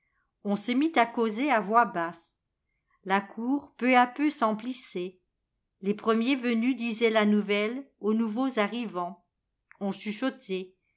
on se mit à causer à voix basse la cour peu à peu s'emplissait les premiers venus disaient la nouvelle aux nouveaux arrivants on chuchotait